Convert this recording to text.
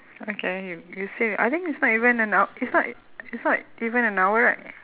okay you you see I think it's not even an hou~ it's not it's not even an hour right